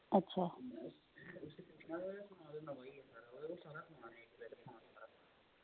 अच्छा